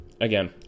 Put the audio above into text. again